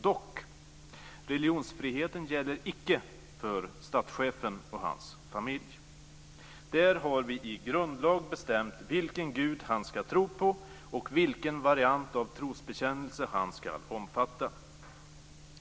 Dock: Religionsfriheten gäller icke för statschefen och hans familj. Där har vi i grundlag bestämt vilken Gud han ska tro på och vilken variant av trosbekännelse han ska omfatta.